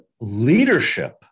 leadership